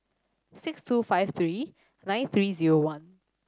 six two five three nine three zero one